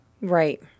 Right